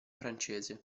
francese